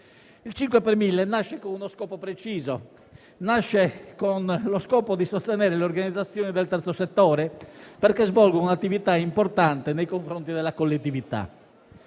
Il 5 per mille nasce con uno scopo preciso: sostenere le organizzazioni del terzo settore, perché svolgono un'attività importante nei confronti della collettività.